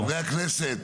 חברי הכנסת.